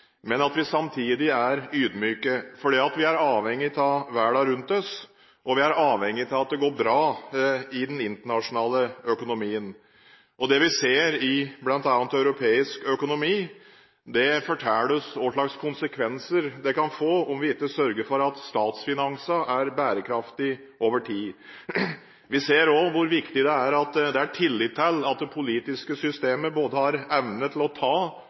men at vi samtidig er ydmyke, for vi er avhengige av verden rundt oss, og vi er avhengige av at det går bra i den internasjonale økonomien. Det vi ser i bl.a. europeisk økonomi, forteller oss hva slags konsekvenser det kan få om vi ikke sørger for at statsfinansene er bærekraftige over tid. Vi ser også hvor viktig det er at det er tillit til at det politiske systemet har evne både til å ta